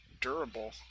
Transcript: durable